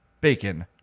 bacon